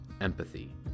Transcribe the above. empathy